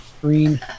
green